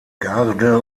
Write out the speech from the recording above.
garde